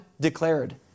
declared